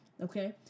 Okay